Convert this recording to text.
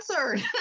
answered